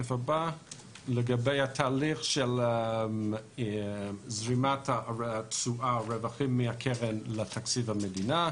בעניין תהליך זרימת התשואה והרווחים מהקרן לתקציב המדינה: